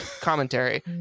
commentary